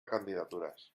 candidatures